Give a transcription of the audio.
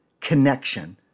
connection